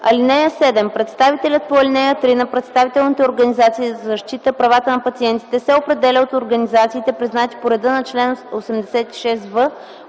(7) Представителят по ал. 3 на представителните организации за защита правата на пациентите се определя от организациите, признати по реда на чл. 86в от Закона